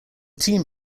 team